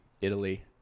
Italy